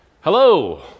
Hello